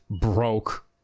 broke